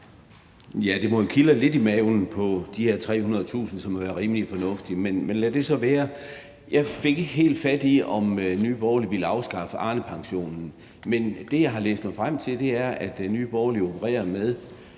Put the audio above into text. Ja, det må kilde lidt i maven på de her 300.000, som er rimelig fornuftige, men lad det så være. Jeg fik ikke helt fat i, om Nye Borgerlige vil afskaffe Arnepensionen, men det, jeg har læst mig frem til, er, at Nye Borgerlige opererer med,